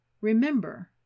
Remember